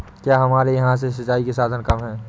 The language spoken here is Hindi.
क्या हमारे यहाँ से सिंचाई के साधन कम है?